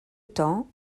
temps